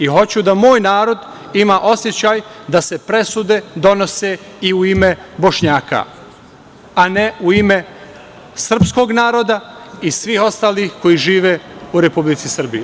I hoću da moj narod ima osećaj da se presude donose i u ime Bošnjaka, a ne u ime srpskog naroda i svih ostalih koji žive u Republici Srbiji.